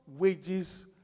wages